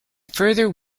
further